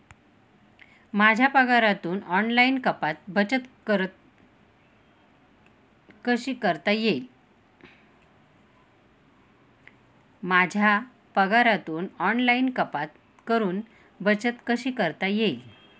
माझ्या पगारातून ऑनलाइन कपात करुन बचत कशी करता येईल?